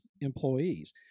employees